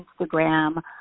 Instagram